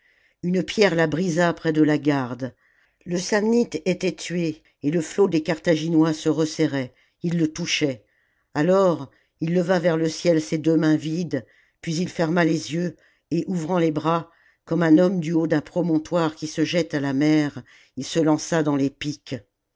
une pierre la brisa près de la garde le samnite était tué et le flot des carthaginois se resserrait ils le touchaient alors il leva vers le ciel ses deux mains vides puis il ferma les yeux et ouvrant les bras comme un homme du haut d'un promontoire qui se jette à la mer il se lança dans les piques